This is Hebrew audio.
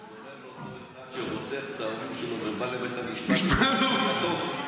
זה כמו אחד שרוצח את ההורים שלו ובא לבית המשפט ואומר שהוא יתום.